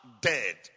dead